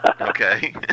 Okay